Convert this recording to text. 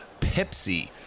Pepsi